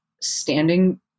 standing